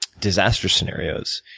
disaster scenarios,